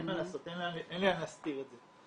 אין מה לעשות, אין לאן להסתיר את זה.